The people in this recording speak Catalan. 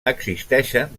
existeixen